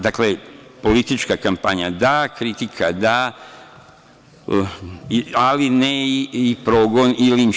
Dakle, politička kampanja da, kritika da, ali ne i progon i linč.